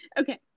Okay